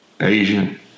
Asian